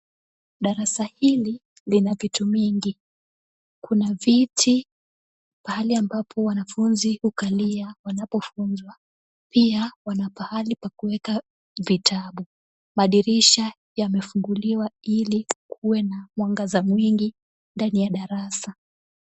Darasa hili lina vitu mingi. Kuna viti pahali ambapo wanafunzi hukalia wanapofunzwa pia wanapahali pa kuweka vitabu. Madirisha yamefunguliwa ilikuwe na mwangaza mwingi ndani ya darasa.